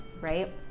right